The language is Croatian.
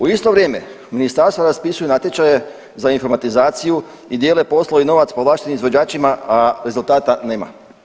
U isto vrijeme ministarstva raspisuju natječaje za informatizaciju i dijele poslove i novac po vašim izvođačima, a rezultata nema.